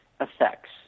effects